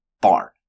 barn